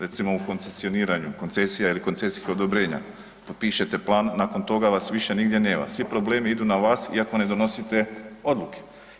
Recimo u koncesioniranju, koncesija ili koncesijskih odobrenja, potpišete plan, nakon toga vas više nigdje nema, svi problemi idu na vas iako ne donosite odluke.